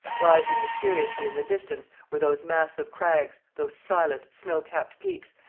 rising mysteriously in the distance were those massive crags, those silent, snow-capped peaks,